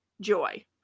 joy